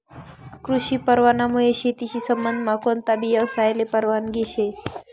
कृषी परवानामुये शेतीशी संबंधमा कोणताबी यवसायले परवानगी शे